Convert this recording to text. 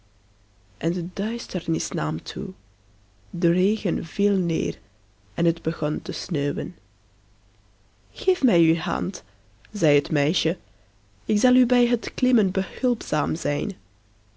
en de duisternis nam toe de regen viel neer en het begon te sneeuwen geef mij uw hand zei het meisje ik zal u bij het klimmen behulpzaam zijn